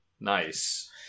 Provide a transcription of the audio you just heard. Nice